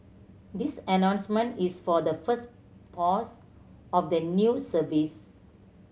this announcement is for the first pose of the new service